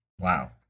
Wow